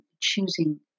Choosing